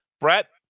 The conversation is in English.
Brett